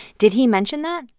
did he mention that?